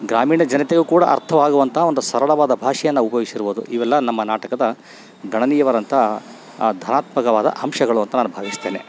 ಗ್ರಾಮೀಣ ಜನತೆಗೂ ಕೂಡ ಅರ್ಥವಾಗುವಂಥ ಒಂದು ಸರಳವಾದ ಭಾಷೆಯನ್ನ ಉಪಯೋಗಿಸಿರ್ಬೋದು ಇವೆಲ್ಲ ನಮ್ಮ ನಾಟಕದ ಗಣನೀಯವಾದಂಥ ಧನಾತ್ಮಕವಾದ ಅಂಶಗಳು ಅಂತ ನಾನು ಭಾವಿಸ್ತೇನೆ